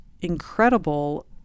incredible